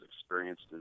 experienced